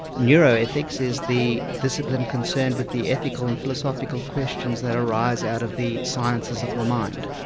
neuroethics is the discipline concerned with the ethical and philosophical questions that arise out of the sciences of the mind.